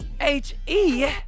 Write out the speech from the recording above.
h-e